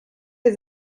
his